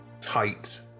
tight